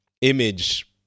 image